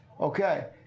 okay